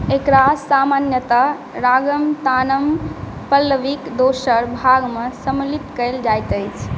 एकरा सामान्यतः रागम तानम पल्लवीक दोसर भागमे सम्मिलित कयल जाइत अछि